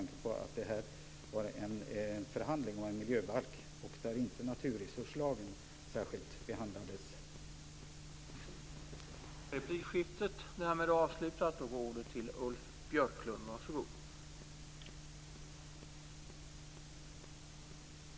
Det var fråga om en förhandling om en miljöbalk, där naturresurslagen inte behandlades särskilt.